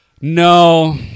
no